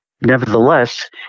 nevertheless